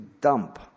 dump